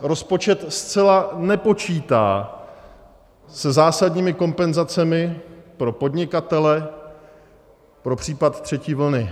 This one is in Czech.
Rozpočet zcela nepočítá se zásadními kompenzacemi pro podnikatele pro případ třetí vlny.